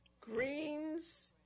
Greens